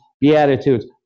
Beatitudes